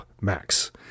Max